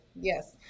yes